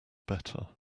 better